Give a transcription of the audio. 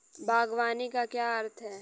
बागवानी का क्या अर्थ है?